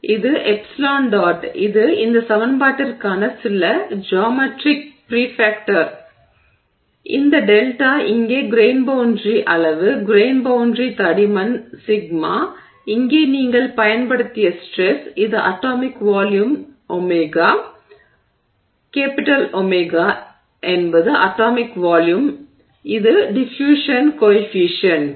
இது epsilon dot இது இந்த சமன்பாட்டிற்கான சில ஜாமெட்ரிக் ப்ரீஃபாக்ட்டர் இந்த டெல்டா இங்கே கிரெய்ன் பௌண்டரி அளவு கிரெய்ன் பௌண்டரி தடிமன் சிக்மா இங்கே நீங்கள் பயன்படுத்திய ஸ்ட்ரெஸ் இது atomic volume omega capital omega என்பது அட்டாமிக் வால்யூம் இது டிஃபுயூஷன் கோயெஃபிஷியன்ட்